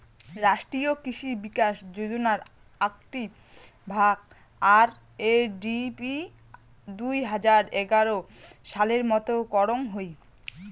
রাষ্ট্রীয় কৃষি বিকাশ যোজনার আকটি ভাগ, আর.এ.ডি.পি দুই হাজার এগার সালে মত করং হই